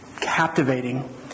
captivating